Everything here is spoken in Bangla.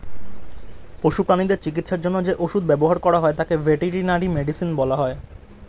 পশু প্রানীদের চিকিৎসার জন্য যে ওষুধ ব্যবহার করা হয় তাকে ভেটেরিনারি মেডিসিন বলা হয়